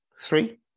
Three